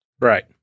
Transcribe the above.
Right